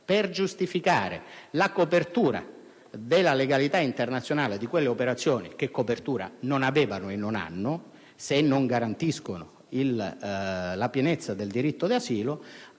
per giustificare la copertura della legalità internazionale di quelle operazioni, che copertura non avevano e non hanno se non garantiscono la pienezza del diritto d'asilo,